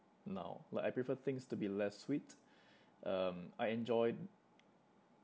now like I prefer things to be less sweet um I enjoy